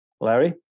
Larry